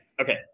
Okay